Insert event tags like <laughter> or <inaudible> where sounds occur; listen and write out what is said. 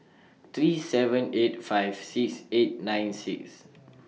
three seven eight five six eight nine six <noise>